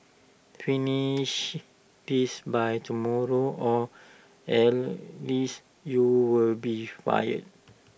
finish this by tomorrow or you'll be fired